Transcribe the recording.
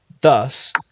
Thus